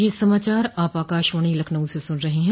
ब्रे क यह समाचार आप आकाशवाणी लखनऊ से सुन रहे हैं